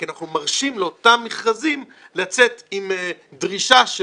כי אנחנו מרשים לאותם מכרזים לצאת עם דרישה של